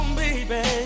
baby